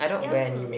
yeah lah